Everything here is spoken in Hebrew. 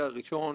אדוני היושב-ראש,